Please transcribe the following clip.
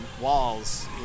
walls